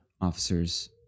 officers